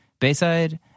Bayside